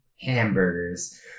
hamburgers